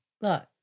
look